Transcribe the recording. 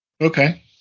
okay